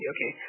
Okay